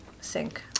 sink